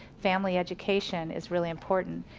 family education is really important.